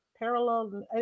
parallel